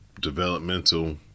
developmental